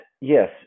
yes